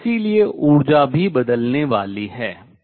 और इसलिए ऊर्जा भी बदलने वाली है